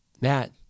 Matt